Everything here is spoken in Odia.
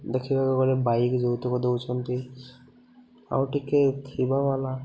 ଦେଖିବାକୁ ଗଲେ ବାଇକ ଯୌତୁକ ଦେଉଛନ୍ତି ଆଉ ଟିକେ ଥିବାବାଲା